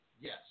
Yes